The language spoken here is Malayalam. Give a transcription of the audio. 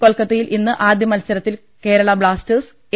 കൊൽക്കത്തയിൽ ഇന്ന് ആദ്യ മത്സരത്തിൽ Kerala blasters A